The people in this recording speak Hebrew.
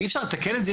אי אפשר לתקן את זה?